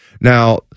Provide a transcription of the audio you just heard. Now